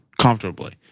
comfortably